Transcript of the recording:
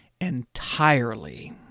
entirely